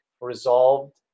resolved